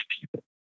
people